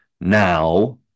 Now